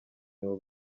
nibo